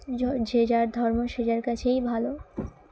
যে যার ধর্ম সে যার কাছেই ভালো